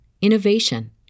innovation